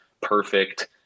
perfect